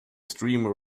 streamer